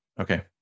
Okay